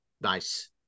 Nice